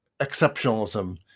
exceptionalism